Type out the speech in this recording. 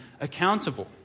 accountable